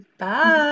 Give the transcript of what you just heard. Bye